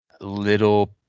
little